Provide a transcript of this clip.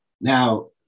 Now